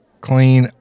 clean